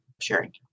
sharing